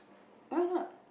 why not